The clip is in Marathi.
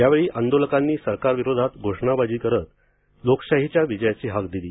यावेळी आंदोलकांनी सरकारविरोधात घोषणाबाजी करत लोकशाहीच्या विजयाची हाक दिली